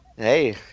Hey